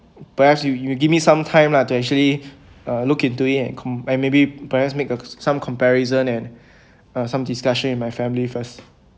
perhaps you you give me some time lah to actually uh look into it and com~ and maybe perhaps make a some comparison and uh some discussion with my family first